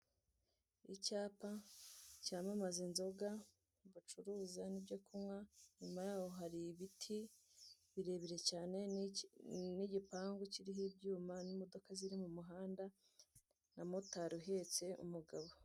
Icyapa cyamamaza inzoga bacuruza n'ibyo kunywa inyuma yaho hari ibiti birebire cyane n'igipangu kiriho ibyuma n'imodoka ziri mu muhanda na motari uhetse umugabo.